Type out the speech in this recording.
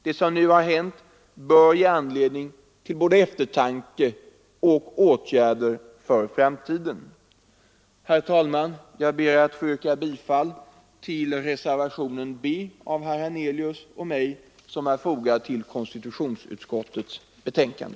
Det som nu hänt bör ge anledning till både eftertanke och åtgärder för framtiden. Herr talman! Jag ber att få yrka bifall till reservationen B av herr Hernelius och mig som är fogad till konstitutionsutskottets betänkande.